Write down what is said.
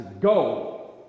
go